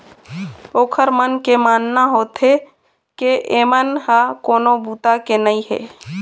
ओखर मन के मानना होथे के एमन ह कोनो बूता के नइ हे